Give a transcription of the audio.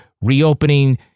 reopening